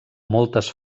moltes